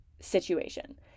situation